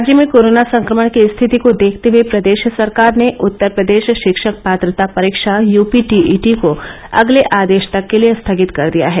राज्य में कोरोना संक्रमण की स्थिति को देखते हुए प्रदेश सरकार ने चत्तर प्रदेश शिक्षक पात्रता परीक्षा यूपी दीईदी को अगले आदेश तक के लिये स्थगित कर दिया है